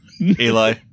Eli